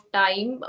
time